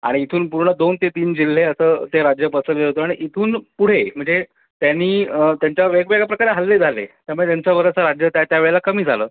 आणि इथून पूर्ण दोन ते तीन जिल्हे असं ते राज्य पसरलेलं होतं आणि इथून पुढे म्हणजे त्यांनी त्यांच्यावर वेगवेगळ्या प्रकारे हल्ले झाले त्यामुळे त्यांचं बरंचसं राज्य त्या त्या वेळेला कमी झालं